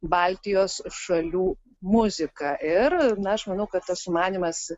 baltijos šalių muziką ir na aš manau kad tas sumanymas